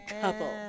couple